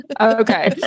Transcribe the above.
Okay